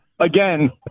Again